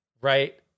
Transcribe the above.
right